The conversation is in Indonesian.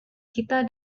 kita